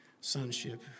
sonship